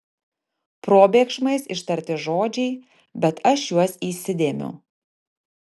probėgšmais ištarti žodžiai bet aš juos įsidėmiu